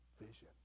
vision